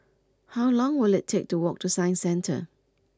how long will it take to walk to Science Centre